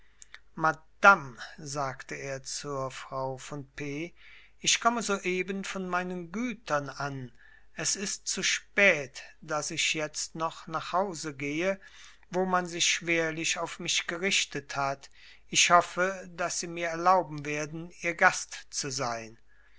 madame sagte er zur frau von p ich komme soeben von meinen gütern an es ist zu spät daß ich jetzt noch nach hause gehe wo man sich schwerlich auf mich gerichtet hat ich hoffe daß sie mir erlauben werden ihr gast zu sein